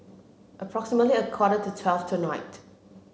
approximately a quarter to twelve tonight